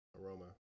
aroma